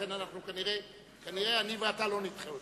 ולכן כנראה אני ואתה לא נדחה אותה.